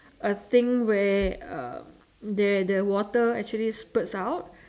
a thing where uh there the water actually spurts out